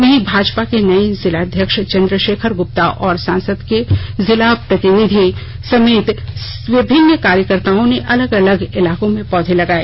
वहीं भाजपा के नए जिलाध्यक्ष चंद्रशेखर गुप्ता और सांसद के जिला प्रतिनिधि समेत विभिन्न कार्यकर्त्ताओं ने अलग अलग इलाकों में पौधे लगाए